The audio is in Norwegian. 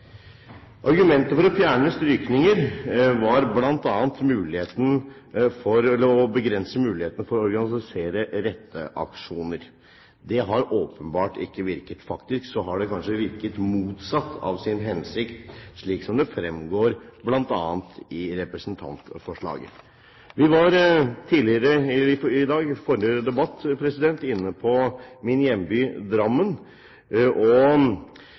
Argumentet for å fjerne strykninger var bl.a. å begrense muligheten til å organisere retteaksjoner. Det har åpenbart ikke virket. Faktisk har det kanskje virket mot sin hensikt, slik som det fremgår bl.a. av representantforslaget. Vi var tidligere i dag, i forrige debatt, inne på min hjemby Drammen.